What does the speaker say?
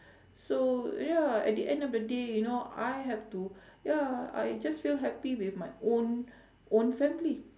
so ya at the end of the day you know I have to ya I just feel happy with my own own family